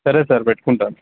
సరే సార్ పెట్టుకుంటాను